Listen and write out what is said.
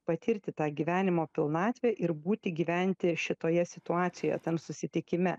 patirti tą gyvenimo pilnatvę ir būti gyventi šitoje situacijoje tam susitikime